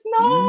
no